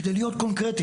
כדי להיות קונקרטי,